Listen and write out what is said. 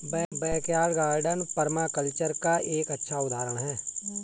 backyard garden permaculture का एक अच्छा उदाहरण हैं